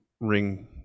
ring